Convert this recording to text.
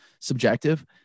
subjective